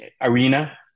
arena